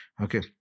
Okay